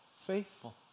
faithful